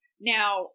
Now